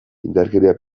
indarkeria